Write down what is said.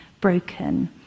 broken